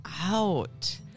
out